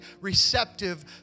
receptive